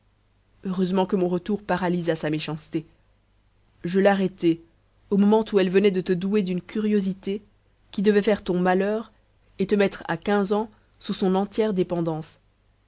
heureusement que mon retour paralysa sa méchanceté je l'arrêtai au moment où elle venait de te douer d'une curiosité qui devait faire ton malheur et te mettre à quinze ans sous son entière dépendance